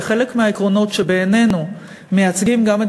וחלק מהעקרונות שבעינינו מייצגים גם את